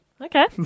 Okay